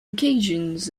occasions